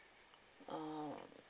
uh